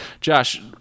Josh